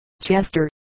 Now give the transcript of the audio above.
Chester